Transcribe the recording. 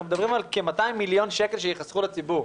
מדברים על כ-200 מיליון שקל שייחסכו לציבור.